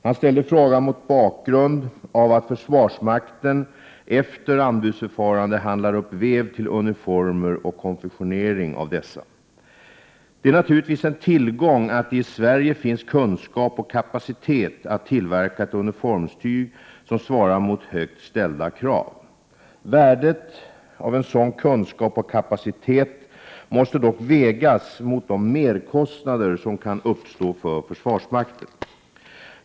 Han ställde frågan mot bakgrund av att försvarsmakten efter anbudsförfarande handlar upp väv till uniformer och konfektionering av dessa. Det är naturligtvis en tillgång att det i Sverige finns kunskap och kapacitet att tillverka ett uniformstyg som svarar mot högt ställda krav. Värdet av en sådan kunskap och kapacitet måste dock vägas mot de merkostnader som kan uppstå för försvarsmakten.